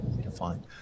defined